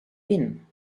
been